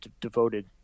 devoted